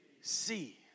See